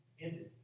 Ended